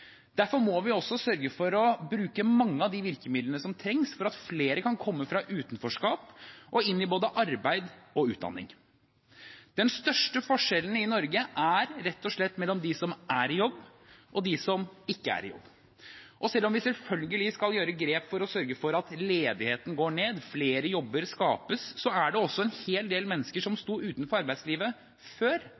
Derfor må vi også sørge for å bruke mange av de virkemidlene som trengs for at flere kan komme fra utenforskap og inn i både arbeid og utdanning. Den største forskjellen i Norge er rett og slett mellom dem som er i jobb, og dem som ikke er i jobb. Selv om vi selvfølgelig skal ta grep for å sørge for at ledigheten går ned og flere jobber skapes, er det også en hel del mennesker som sto utenfor arbeidslivet før